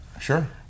Sure